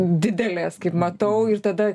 didelės kaip matau ir tada